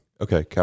Okay